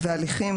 וההליכים,